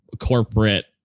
corporate